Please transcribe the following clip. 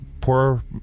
poor